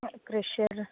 cruiser